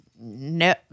No